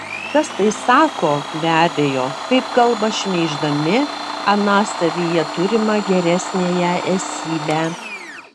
kas tai sako be abejo taip kalba šmeiždami aną savyje turimą geresniąją esybę